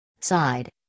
side